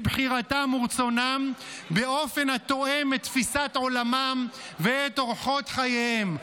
בחירתם ורצונם באופן התואם את תפיסת עולמם ואת אורחות חייהם.